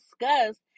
discussed